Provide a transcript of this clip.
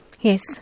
yes